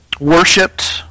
Worshipped